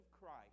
Christ